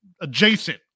adjacent